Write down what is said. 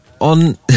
On